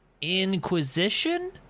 Inquisition